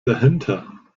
dahinter